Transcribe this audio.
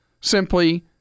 simply